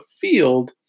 field